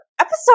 episode